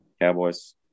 Cowboys